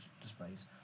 displays